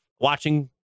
watching